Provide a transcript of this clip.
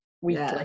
weekly